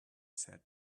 said